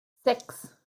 six